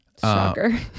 Shocker